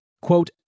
quote